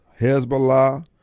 Hezbollah